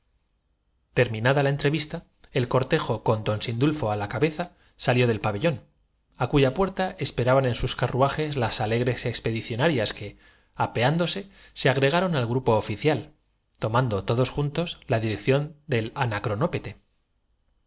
terminada la entrevista el cortejo con don sindulfo á la cabeza salió del pabellón á cuya puerta espera ban en sus carruajes las alegres expedicionarias que apeándose se agregaron al grupo oficial tomando todos juntos la dirección del